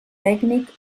tècnic